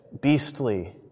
beastly